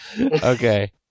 Okay